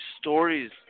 stories